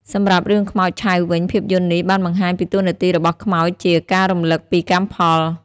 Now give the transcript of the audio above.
សម្រាប់រឿងខ្មោចឆៅវិញ ភាពយន្តនេះបានបង្ហាញពីតួនាទីរបស់ខ្មោចជា ការរំលឹកពីកម្មផល។